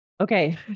Okay